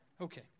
Okay